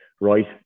right